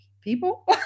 people